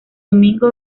domingo